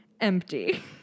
empty